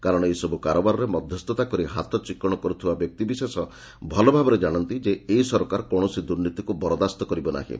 କାରଣ ଏସବୁ କାରବାରରେ ମଧ୍ୟସ୍ଥତା କରି ହାତ ଚିକ୍କଶ କରୁଥିବା ବ୍ୟକ୍ତିବିଶେଷ ଭଲ ଭାବରେ ଜାଶନ୍ତି ଯେ ଏ ସରକାର କୌଣସି ଦୁର୍ନୀତିକୁ ବରଦାସ୍ତ କରିବ ନାହିଁ